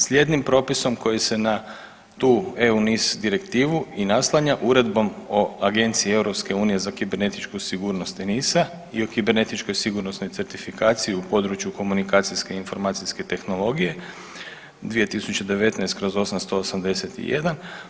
Slijednim propisom koji se na tu EU NIS direktivu i naslanja uredbom o Agenciji EU za kibernetičku sigurnost ENISA i o kibernetičkoj sigurnosnoj certifikaciji u području komunikacijske i informacijske tehnologije 2019/